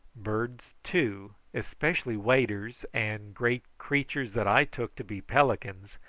birds, too, especially waders and great creatures that i took to be pelicans,